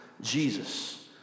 Jesus